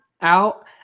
out